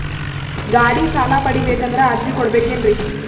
ಗಾಡಿ ಸಾಲ ಪಡಿಬೇಕಂದರ ಅರ್ಜಿ ಕೊಡಬೇಕೆನ್ರಿ?